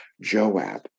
Joab